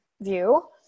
view